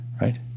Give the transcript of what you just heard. right